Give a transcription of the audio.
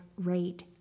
rate